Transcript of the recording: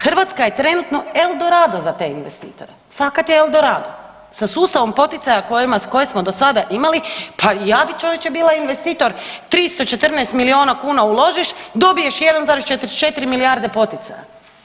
Hrvatska je trenutno El Dorado za te investitore, fakat je El Dorado sa sustavom poticaja koje smo do sada imali pa i ja bih čovječe bila investitor 314 milijuna kuna uložiš, dobiješ 1,44 milijarde poticaja.